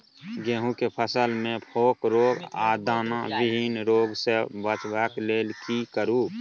गेहूं के फसल मे फोक रोग आ दाना विहीन रोग सॅ बचबय लेल की करू?